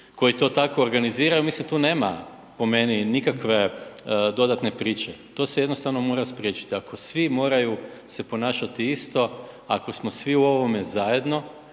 koji to tako organiziraju. Mislim tu nema po meni nikakve dodatne priče. To se jednostavno mora spriječiti. Ako svi moraju se ponašati isto, ako smo svi u ovome zajedno,